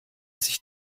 sich